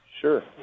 sure